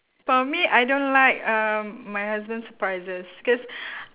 for me I don't like um my husband's surprises cause